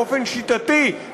באופן שיטתי,